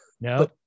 No